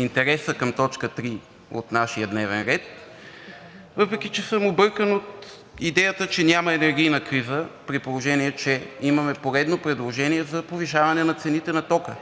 интереса към точка трета от нашия дневен ред, въпреки че съм объркан от идеята, че няма енергийна криза, при положение че имаме поредно предложение за повишаване на цените на тока!